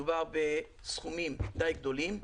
מדובר בסכומים גדולים למדי.